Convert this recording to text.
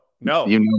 No